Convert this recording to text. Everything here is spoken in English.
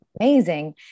amazing